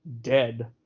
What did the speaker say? dead